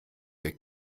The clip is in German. ihr